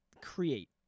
Create